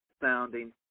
sounding